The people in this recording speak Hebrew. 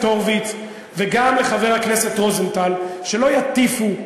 הורוביץ וגם לחבר הכנסת רוזנטל: שלא יטיפו,